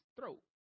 throat